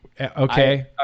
Okay